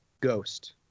ghost